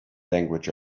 language